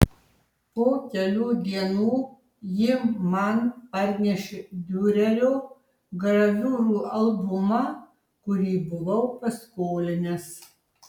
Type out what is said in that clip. po kelių dienų ji man parnešė diurerio graviūrų albumą kurį buvau paskolinęs